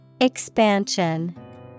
Expansion